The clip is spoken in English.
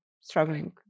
struggling